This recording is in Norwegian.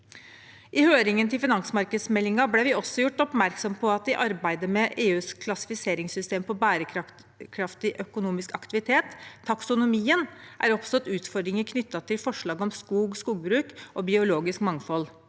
I høringen til finansmarkedsmeldingen ble vi også gjort oppmerksom på at det i arbeidet med EUs klassifiseringssystem for bærekraftig økonomisk aktivitet, taksonomien, er oppstått utfordringer knyttet til forslag om skog/skogbruk og biologisk mangfold.